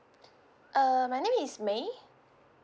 err my name is may